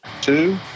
two